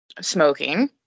smoking